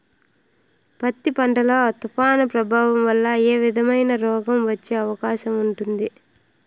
పత్తి పంట లో, తుఫాను ప్రభావం వల్ల ఏ విధమైన రోగం వచ్చే అవకాశం ఉంటుంది?